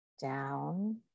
down